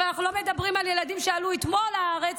אנחנו לא מדברים על ילדים שעלו אתמול לארץ,